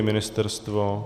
Ministerstvo?